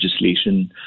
legislation